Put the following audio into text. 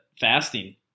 fasting